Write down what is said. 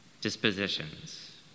dispositions